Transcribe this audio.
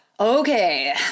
Okay